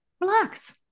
relax